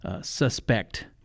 suspect